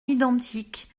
identiques